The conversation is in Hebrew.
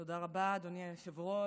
תודה רבה, אדוני היושב-ראש.